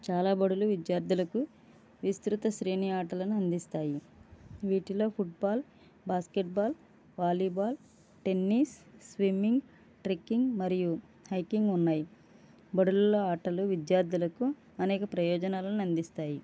చాలా బడులు విద్యార్థులకు విస్తృత శ్రేణి ఆటలను అందిస్తాయి వీటిలో football basket ball volleyball tennis swimming trekking మరియు హైకింగ్ ఉన్నాయి బడులలో ఆటలు విద్యార్థులకు అనేక ప్రయోజనాలను అందిస్తాయి